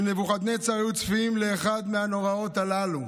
נבוכדנצר היו צפויים לאחד מהנוראות הללו.